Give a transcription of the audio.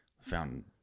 found